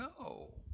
No